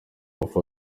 mafoto